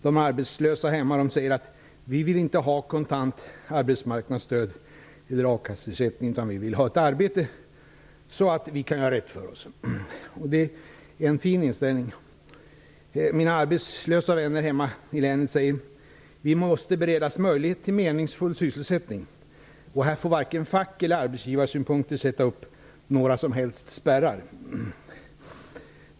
De arbetslösa hemma säger: Vi vill inte ha kontant arbetsmarknadsstöd eller akasseersättning. Vi vill ha ett arbete, så att vi kan göra rätt för oss. Det är en fin inställning. Mina arbetslösa vänner hemma i länet säger: Vi måste beredas möjlighet till meningsfull sysselsättning. Här får varken fack eller arbetsgivarsynpunkter sätta upp några som helst spärrar.